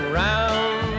round